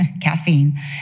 caffeine